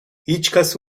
هیچکس